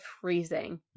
freezing